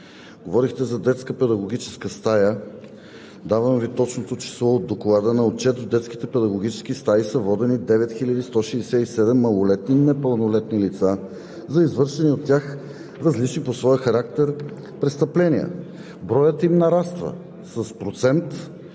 Говорихте за детска педагогическа стая. Давам Ви точното число от Доклада – на отчет в детските педагогически стаи са водени 9167 малолетни и непълнолетни лица за извършени от тях различни по своя характер престъпления. Броят им нараства с процент,